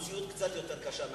המציאות קצת יותר קשה מהקטשופ.